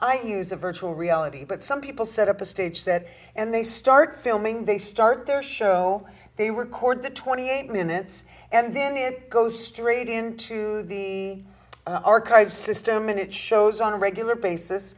i use a virtual reality but some people set up a stage set and they start filming they start their show they were court the twenty eight minutes and then it goes straight into the archive system and it shows a regular basis